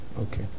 Okay